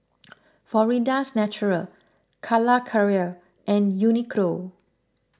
Florida's Natural Calacara and Uniqlo